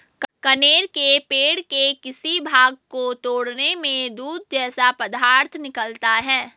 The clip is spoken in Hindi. कनेर के पेड़ के किसी भाग को तोड़ने में दूध जैसा पदार्थ निकलता है